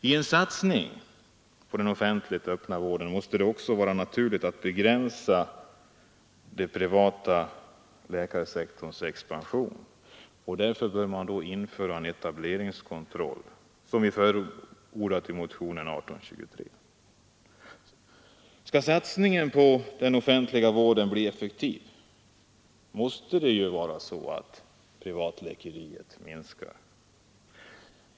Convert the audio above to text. I en satsning på den offentliga öppenvården måste det också vara naturligt att begränsa privatläkarsektorns expansion. Därför bör det införas en etableringskontroll, något som vi förordat i motionen 1823. Skall satsningen på den offentliga vården bli effektiv måste privat Nr 90 läkeriet minskas.